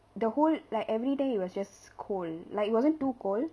the whole like everyday it was just cold like wasn't too cold